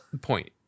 point